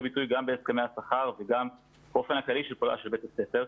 ביטוי גם בהסכמי השכר וגם באופן הכללי של פעולה של בית הספר,